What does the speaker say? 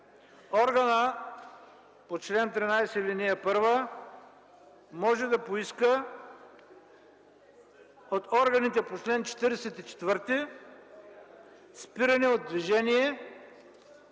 „органът по чл. 13, ал. 1 може да поиска от органите по чл. 44 спиране от движение